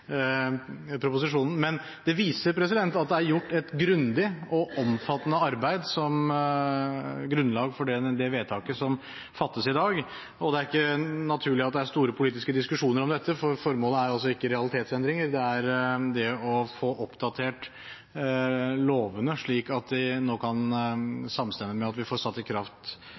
proposisjonen. Men det viser at det er gjort et grundig og omfattende arbeid som grunnlag for det vedtaket som fattes i dag, og det er ikke naturlig at det er store politiske diskusjoner om dette, for formålet er ikke realitetsendringer, men å få oppdatert lovene, slik at de nå kan